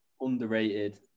Underrated